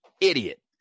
idiot